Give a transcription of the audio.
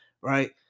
right